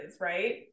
right